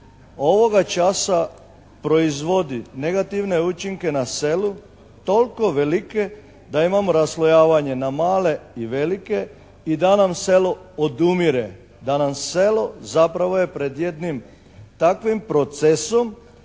ovoga časa proizvodi negativne učinke na selu toliko velike da imamo raslojavanje na male i velike i da nam selo odumire, da nam selo zapravo je pred jednim takvim procesom